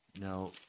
Now